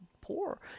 poor